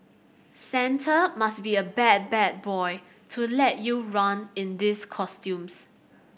Santa must be a bad bad boy to let you run in these costumes